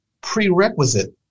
prerequisite